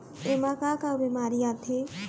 एमा का का बेमारी आथे?